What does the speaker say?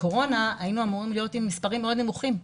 בקורונה היינו אמורים להיות עם מספרים מאוד נמוכים,